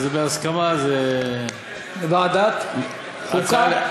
אז בהסכמה, ועדת חוקה?